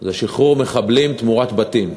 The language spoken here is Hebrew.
זה שחרור מחבלים תמורת בתים.